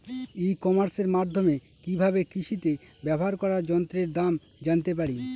ই কমার্সের মাধ্যমে কি ভাবে কৃষিতে ব্যবহার করা যন্ত্রের দাম জানতে পারি?